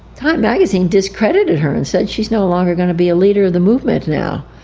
time magazine discredited her and said she's no longer going to be a leader of the movement now,